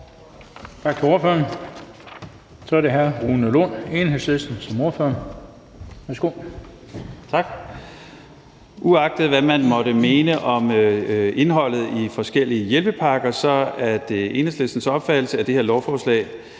Uagtet hvad man måtte mene om indholdet i forskellige hjælpepakker, er det Enhedslistens opfattelse, at det her lovforslag